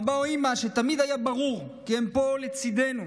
אבא או אימא, שתמיד היה ברור כי הם פה לצידנו,